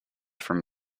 from